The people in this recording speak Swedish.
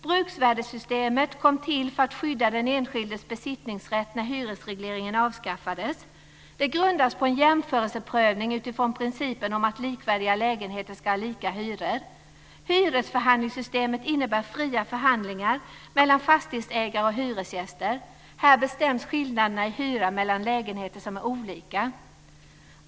Bruksvärdessystemet kom till för att skydda den enskildes besittningsrätt när hyresregleringen avskaffades. Det grundas på en jämförelseprövning utifrån principen att likvärdiga lägenheter ska ha liknande hyror. Hyresförhandlingssystemet innebär fria förhandlingar mellan fastighetsägare och hyresgäster. Här bestäms skillnaderna i hyra mellan lägenheter som är olika.